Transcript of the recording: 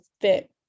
fit